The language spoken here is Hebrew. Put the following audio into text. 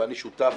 ואני שותף